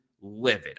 livid